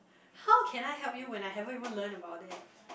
how can I help you when I haven't even learn about that